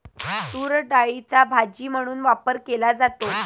तूरडाळीचा भाजी म्हणून वापर केला जातो